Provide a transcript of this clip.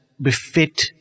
befit